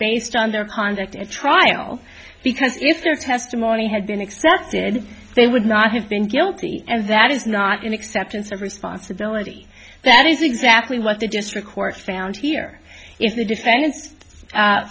based on their conduct at trial because if their testimony had been accepted they would not have been guilty and that is not an acceptance of responsibility that is exactly what the district court found here is the defen